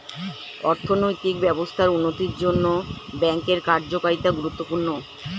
অর্থনৈতিক ব্যবস্থার উন্নতির জন্যে ব্যাঙ্কের কার্যকারিতা গুরুত্বপূর্ণ